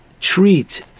treat